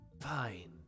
Fine